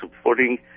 supporting